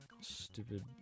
stupid